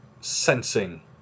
sensing